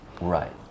Right